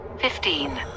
Fifteen